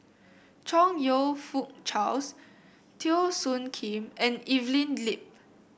Chong You Fook Charles Teo Soon Kim and Evelyn Lip